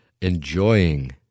enjoying